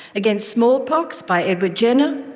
against smallpox by edward jenner,